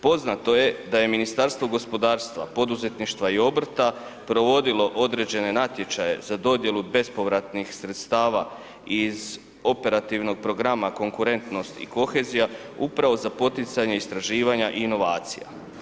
Poznato je da je Ministarstvo gospodarstva, poduzetništva i obrta provodilo određene natječaje za dodjelu bespovratnih sredstava iz operativnog programa Konkurentnost i kohezija, upravo za poticanje istraživanja i inovacija.